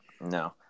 No